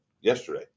yesterday